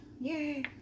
yay